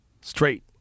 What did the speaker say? Straight